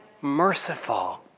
merciful